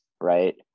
right